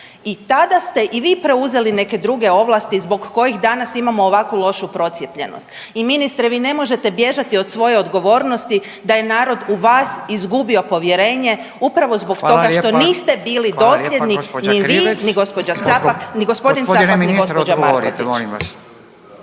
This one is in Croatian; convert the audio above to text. i tada ste i vi preuzeli neke druge ovlasti zbog kojih danas imamo ovako lošu procijepljenost. I ministre, vi ne možete bježati od svoje odgovornosti da je narod u vas izgubio povjerenje upravo zbog toga što niste bili dosljedni …/Upadica: Hvala lijepa, hvala lijepa gospođa